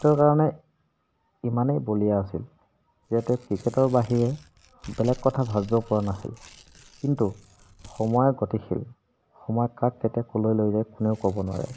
ক্ৰিকেটৰ কাৰণে ইমানেই বলিয়া আছিল যে তেওঁ ক্ৰিকেটৰ বাহিৰে বেলেগ কথা ভাবিব পৰা নাছিল কিন্তু সময় গতিশীল সময় কাক কেতিয়া ক'লৈ লৈ যায় কোনেও ক'ব নোৱাৰে